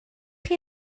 chi